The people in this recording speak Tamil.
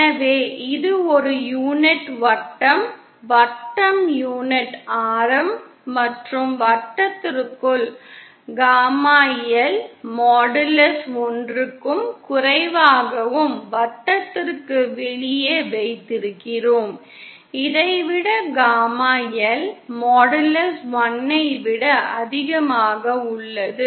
எனவே இது ஒரு யூனிட் வட்டம் வட்டம் யூனிட் ஆரம் மற்றும் வட்டத்திற்குள் காமா L மாடுலஸ் 1 க்கும் குறைவாகவும் வட்டத்திற்கு வெளியேயும் வைத்திருக்கிறோம் இதை விட காமா L மாடுலஸ் 1 ஐ விட அதிகமாக உள்ளது